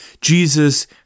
Jesus